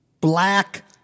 Black